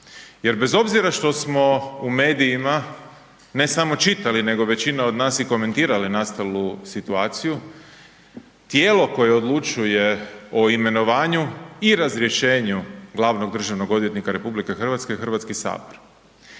jer bez obzira što smo u medijima, ne samo čitali nego većina od nas i komentirali nastalu situaciju, tijelo koje odlučuje o imenovanju i razrješenju glavnog državnog odvjetnika RH je HS. I kada